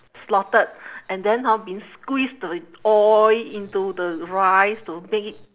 slaughtered and then hor been squeeze the oil into the rice to make it